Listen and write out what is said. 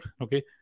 okay